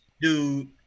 dude